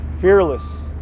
fearless